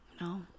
no